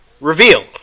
reveal